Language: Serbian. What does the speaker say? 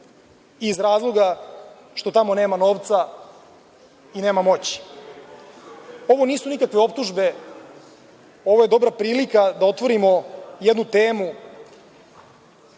iz razloga što tamo nema novca i nema moći. Ovo nisu nikakve optužbe, ovo je dobra prilika da otvorimo jednu temu